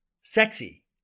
Sexy